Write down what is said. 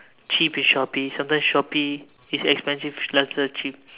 cheap in Shopee sometime Shopee is expensive Lazada is cheap